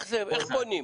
איך פונים.